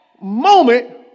moment